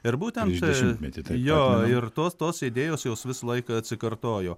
tos idėjos jos visą laiką atsikartojo